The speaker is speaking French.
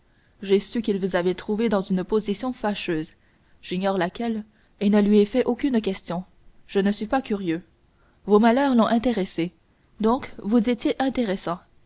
j'ai su qu'il vous avait trouvé dans une position fâcheuse j'ignore laquelle et ne lui ai fait aucune question je ne suis pas curieux vos malheurs l'ont intéressé donc vous étiez intéressant